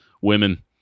women